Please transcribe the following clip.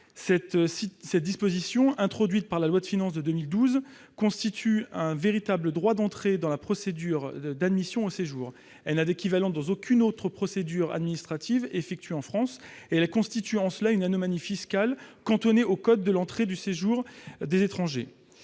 Cette disposition, introduite par la loi de finances pour 2012, constitue un véritable droit d'entrée dans la procédure d'admission au séjour. Elle n'a d'équivalent dans aucune autre procédure administrative effectuée en France. De ce fait, elle constitue une anomalie fiscale cantonnée au code de l'entrée et du séjour des étrangers